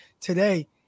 today